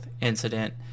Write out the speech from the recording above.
incident